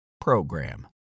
program